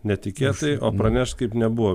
netikėtai o pranešt kaip nebuvo